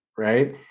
right